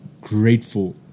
grateful